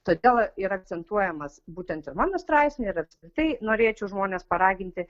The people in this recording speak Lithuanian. todėl ir akcentuojamas būtent ir mano straipsny ir apskritai norėčiau žmones paraginti